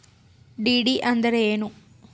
DD ಅಂದ್ರೇನು?